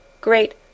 great